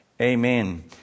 Amen